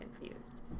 confused